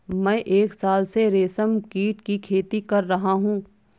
मैं एक साल से रेशमकीट की खेती कर रहा हूँ